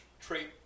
trait